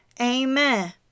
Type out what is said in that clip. Amen